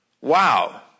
Wow